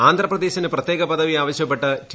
ആന്ധ്രാപ്രദേശിന് പ്രത്യേക പദവി ആവശ്യപ്പെട്ട് ടി